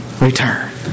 return